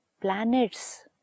Planets